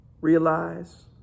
Realize